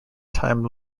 time